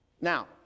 Now